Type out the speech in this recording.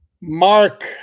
mark